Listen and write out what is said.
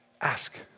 Ask